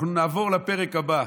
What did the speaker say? אנחנו נעבור לפרק הבא,